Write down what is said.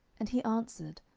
and he answered,